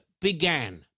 began